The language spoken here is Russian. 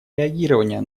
реагирования